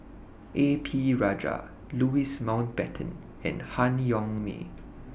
A P Rajah Louis Mountbatten and Han Yong May